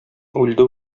үлде